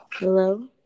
Hello